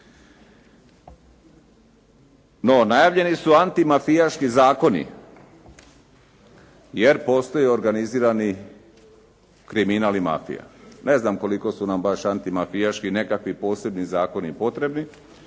No, najavljeni su antimafijaški zakoni, jer postoji organizirani kriminal i mafija. Ne znam koliko su nam baš antimafijaški nekakvi posebni zakoni potrebni,